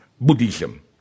Buddhism